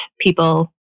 people